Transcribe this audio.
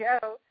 go